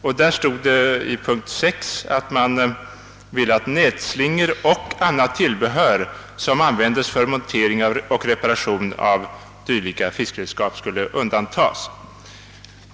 Där föreslogs det i motionens punkt 6 att nätslingor och annat tillbehör som användes för montering och reparation av dylika fiskredskap skulle undantagas.